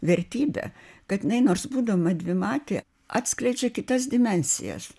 vertybę kad jinai nors būdama dvimatė atskleidžia kitas dimensijas